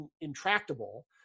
intractable